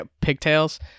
pigtails